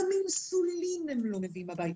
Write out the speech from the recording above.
גם אינסולין הם לא מביאים הביתה,